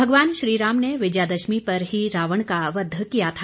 भगवान श्री राम ने विजयादशमी पर ही रावण का वध किया था